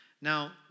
Now